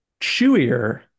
chewier